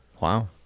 wow